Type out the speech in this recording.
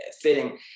fitting